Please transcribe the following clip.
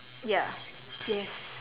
ya yes